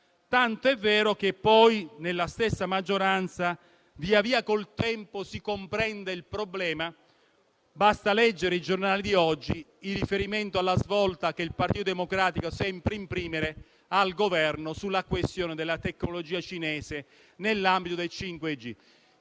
tanto è vero che poi nella stessa maggioranza col tempo si è compreso il problema: basta leggere i giornali di oggi in riferimento alla svolta che il Partito Democratico sembra imprimere al Governo sulla questione della tecnologia cinese nell'ambito del 5G.